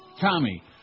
Tommy